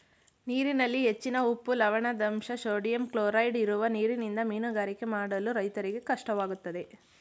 ನೀರಿನಲ್ಲಿ ಹೆಚ್ಚಿನ ಉಪ್ಪು, ಲವಣದಂಶ, ಸೋಡಿಯಂ ಕ್ಲೋರೈಡ್ ಇರುವ ನೀರಿನಿಂದ ಮೀನುಗಾರಿಕೆ ಮಾಡಲು ರೈತರಿಗೆ ಕಷ್ಟವಾಗುತ್ತದೆ